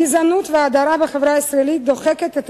הגזענות וההדרה בחברה הישראלית דוחקות את